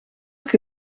que